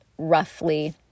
roughly